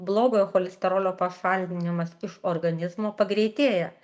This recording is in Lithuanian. blogojo cholesterolio pašalinimas iš organizmo pagreitėja